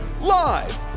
Live